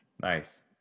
Nice